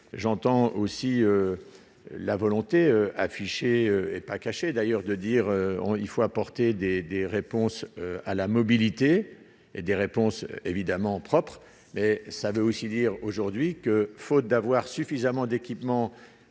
j'entends aussi la volonté affichée est pas caché d'ailleurs de dire il faut apporter des des réponses à la mobilité et des réponses évidemment propres mais ça veut aussi dire aujourd'hui que, faute d'avoir suffisamment d'équipements